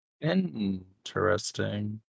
Interesting